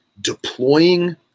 deploying